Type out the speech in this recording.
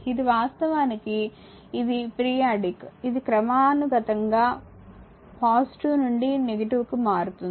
ఇది వాస్తవానికి ఇది పీరియాడిక్ ఇది క్రమానుగతంగా నుండి కు మారుతుంది